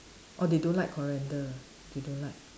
orh they don't like coriander they don't like